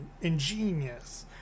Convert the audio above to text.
ingenious